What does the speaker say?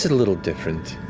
little different.